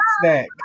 snack